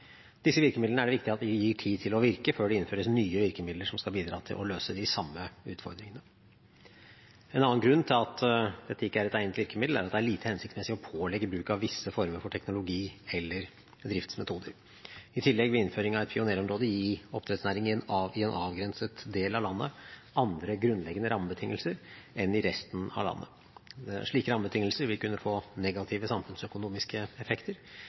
Disse virkemidlene er det viktig at vi gir tid til å virke før det innføres nye virkemidler som skal bidra til å løse de samme utfordringene. En annen grunn til at dette ikke er et egnet virkemiddel, er at det er lite hensiktsmessig å pålegge bruk av visse former for teknologi eller driftsmetoder. I tillegg vil innføring av et pionerområde gi oppdrettsnæringen i en avgrenset del av landet andre grunnleggende rammebetingelser enn i resten av landet. Slike rammebetingelser vil kunne få negative samfunnsøkonomiske effekter,